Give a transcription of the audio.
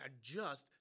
adjust